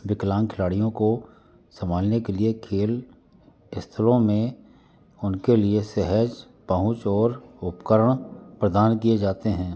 विकलांग खिलाड़ियों को सम्भालने के लिए खेल स्थलों में उनके लिए सहज पहुँच और उपकरण प्रदान किए जाते हैं